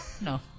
no